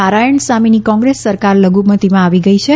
નારાયણસામીની કોંગ્રેસ સરકાર લધુમતીમાં આવી ગઈ છે